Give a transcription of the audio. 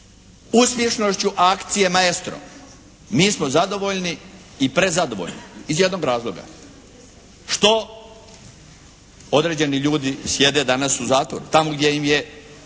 uspješnošću akcije “Maestro“. Mi smo zadovoljni i prezadovoljni iz jednog razloga što određeni ljudi sjede danas u zatvoru tamo gdje im je